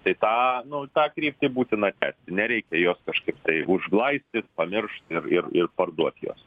tai tą nu tą kryptį būtina tęsti nereikia jos kažkaip tai užglaistyt pamiršt ir ir ir parduoti jos